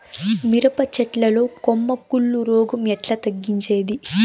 మిరప చెట్ల లో కొమ్మ కుళ్ళు రోగం ఎట్లా తగ్గించేది?